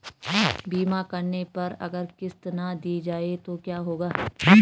बीमा करने पर अगर किश्त ना दी जाये तो क्या होगा?